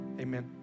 amen